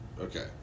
Okay